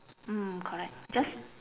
mm correct just